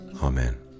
Amen